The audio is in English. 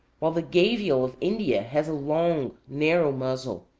while the gavial of india has a long, narrow muzzle,